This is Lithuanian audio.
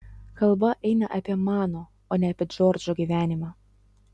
kalba eina apie mano o ne apie džordžo gyvenimą